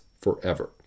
forever